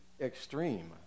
extreme